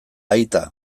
aita